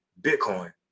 Bitcoin